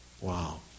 Wow